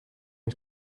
his